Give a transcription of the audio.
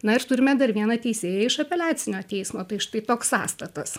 na ir turime dar vieną teisėją iš apeliacinio teismo tai štai toks sąstatas